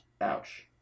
Ouch